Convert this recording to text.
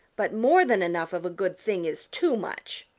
but more than enough of a good thing is too much.